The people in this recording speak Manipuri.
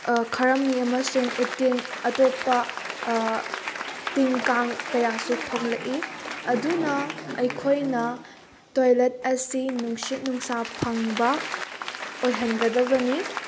ꯈꯔꯝꯕꯤ ꯑꯃꯁꯨꯡ ꯎꯇꯤꯟ ꯑꯇꯣꯞꯄ ꯇꯤꯜ ꯀꯥꯡ ꯀꯌꯥꯁꯨ ꯊꯣꯛꯂꯛꯏ ꯑꯗꯨꯅ ꯑꯩꯈꯣꯏꯅ ꯇꯣꯏꯂꯦꯠ ꯑꯁꯤ ꯅꯨꯡꯁꯤꯠ ꯅꯨꯡꯁꯥ ꯐꯪꯕ ꯑꯣꯏꯍꯟꯒꯗꯕꯅꯤ